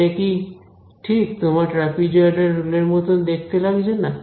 এটা কি ঠিক তোমার ট্রাপিজয়ডাল রুল এর মত দেখতে লাগছে না